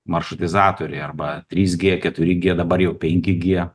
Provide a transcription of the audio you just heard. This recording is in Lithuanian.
maršrutizatoriai arba trys gie keturi gie dabar jau penki gie